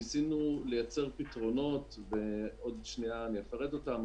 ניסינו לייצר פתרונות שאפרט עוד מעט,